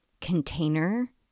container